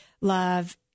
love